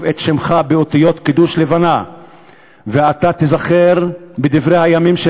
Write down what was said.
את שמך באותיות קידוש לבנה ואתה תיזכר בדברי הימים של